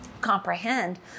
comprehend